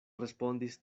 respondis